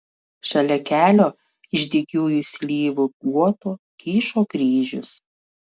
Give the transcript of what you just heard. šalia kelio iš dygiųjų slyvų guoto kyšo kryžius